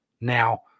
now